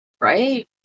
Right